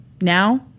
Now